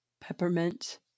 peppermint